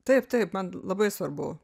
taip taip man labai svarbu